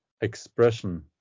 expression